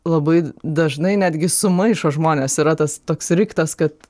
labai dažnai netgi sumaišo žmonės yra tas toks riktas kad